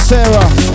Sarah